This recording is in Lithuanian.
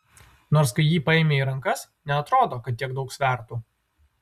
nors kai jį paimi į rankas neatrodo kad tiek daug svertų